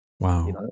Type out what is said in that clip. Wow